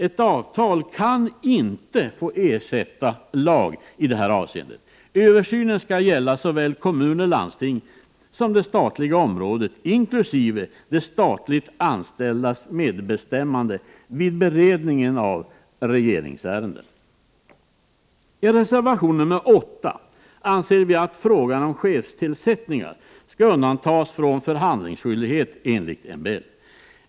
Ett avtal kan inte få ersätta lag. Översynen skall gälla såväl kommuner och landsting som det statliga området, inkl. de statligt anställdas medbestämmande vid beredningen av regeringsärenden. I reservation nr 8 anser vi att frågan om chefstillsättningar skall undantas från förhandlingsskyldighet enligt MBL.